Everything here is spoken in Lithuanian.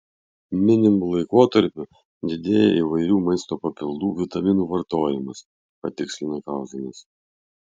minimu laikotarpiu didėja įvairių maisto papildų vitaminų vartojimas patikslina kauzonas